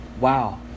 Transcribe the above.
wow